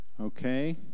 okay